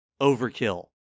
Overkill